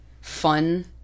fun